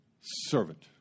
servant